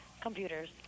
Computers